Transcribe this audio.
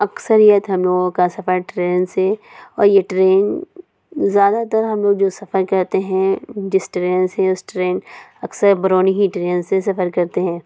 اکثریت ہم لوگوں کا سفر ٹرین سے اور یہ ٹرین زیادہ تر ہم لوگ جو سفر کرتے ہیں جس ٹرین سے اس ٹرین اکثر برونی ہی ٹرین سے سفر کرتے ہیں